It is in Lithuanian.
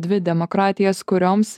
dvi demokratijas kurioms